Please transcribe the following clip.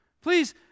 Please